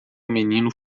menino